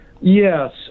Yes